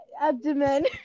abdomen